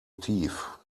tief